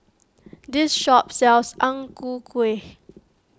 this shop sells Ang Ku Kueh